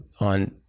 on